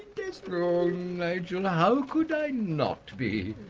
desmond nigel, how could i not be?